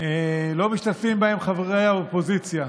לא משתתפים חברי האופוזיציה,